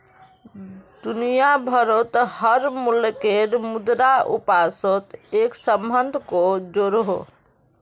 दुनिया भारोत हर मुल्केर मुद्रा अपासोत एक सम्बन्ध को जोड़ोह